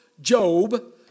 Job